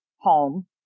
home